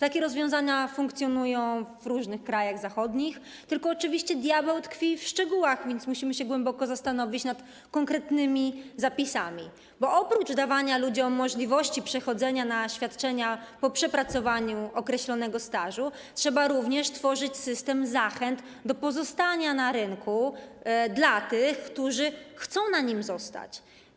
Takie rozwiązania funkcjonują w różnych krajach zachodnich, tylko oczywiście diabeł tkwi w szczegółach, więc musimy głęboko się zastanowić nad konkretnymi zapisami, bo oprócz dawania ludziom możliwości przechodzenia na świadczenia po przepracowaniu określonego stażu trzeba również tworzyć system zachęt do pozostania na rynku dla tych, którzy chcą na nim zostać.